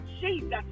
jesus